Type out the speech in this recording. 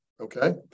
Okay